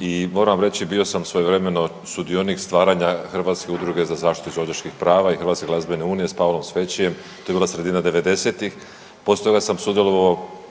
i moram vam reći bio sam svojevremeno sudionik stvaranja Hrvatske udruge za zaštitu izvođačkih prava i Hrvatske glazbene unije s Paulom Sfeciem, to je bila sredina '90.-tih, poslije toga sam sudjelovao